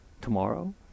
tomorrow